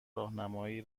راهنمایی